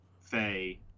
Faye